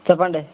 చెప్పండి